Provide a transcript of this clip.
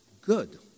good